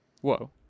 whoa